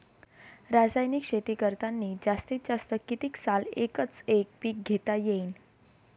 रासायनिक शेती करतांनी जास्तीत जास्त कितीक साल एकच एक पीक घेता येईन?